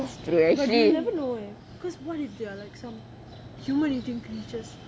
that's true actually